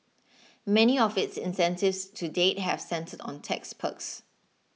many of its incentives to date have centred on tax perks